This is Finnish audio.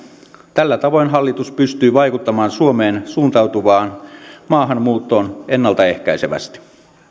tällä tavoin hallitus pystyy vaikuttamaan suomeen suuntautuvaan maahanmuuttoon ennalta ehkäisevästi